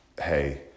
hey